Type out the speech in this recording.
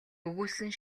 өгүүлсэн